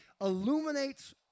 illuminates